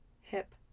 hip